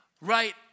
Right